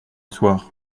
soir